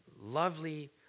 lovely